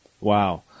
Wow